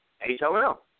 H-O-L